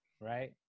Right